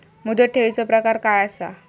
मुदत ठेवीचो प्रकार काय असा?